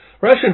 Russian